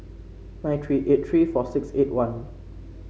nine three eight three four six eight one